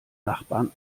nachbarn